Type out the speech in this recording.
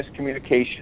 miscommunication